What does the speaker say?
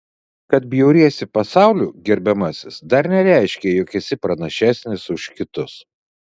kad bjauriesi pasauliu gerbiamasis dar nereiškia jog esi pranašesnis už kitus